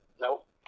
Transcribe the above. Nope